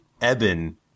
Eben